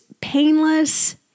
painless